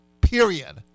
period